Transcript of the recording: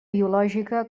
biològica